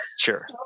Sure